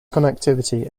connectivity